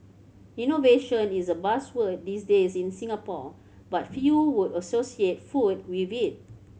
innovation is a buzzword these days in Singapore but few would associate food with it